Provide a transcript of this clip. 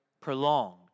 prolonged